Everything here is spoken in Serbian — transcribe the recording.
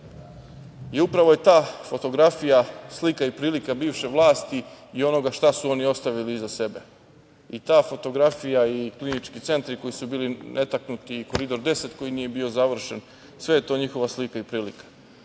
Upravo je ta fotografija slika i prilika bivše vlasti i onoga šta su oni ostavili iza sebe. Ta fotografija i klinički centri koji su bili netaknuti i Koridor 10 koji nije bio završen, sve je to njihova slika i prilika.